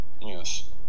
Yes